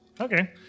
Okay